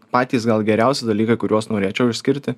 patys gal geriausi dalykai kuriuos norėčiau išskirti